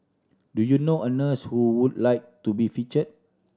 do you know a nurse who would like to be feature